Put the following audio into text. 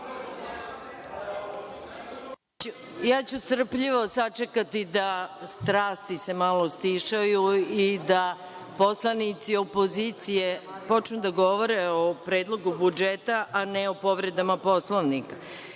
ću strpljivo sačekati da se strasti malo stišaju i da poslanici opozicije počnu da govore o predlogu budžeta, a ne o povredama Poslovnika,